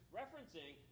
referencing